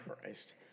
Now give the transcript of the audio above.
Christ